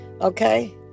Okay